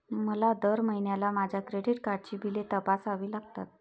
मला दर महिन्याला माझ्या क्रेडिट कार्डची बिले तपासावी लागतात